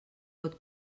pot